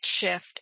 shift